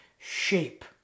Shape